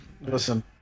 Listen